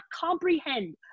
comprehend